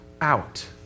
out